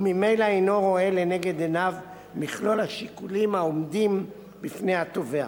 וממילא אינו רואה לנגד עיניו מכלול השיקולים העומדים בפני התובע.